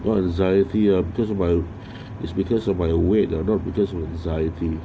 !wah! he ah because of bile is because of my await their dog because we're desire designing